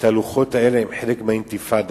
והתהלוכות האלה הן חלק מהאינתיפאדה.